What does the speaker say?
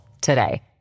today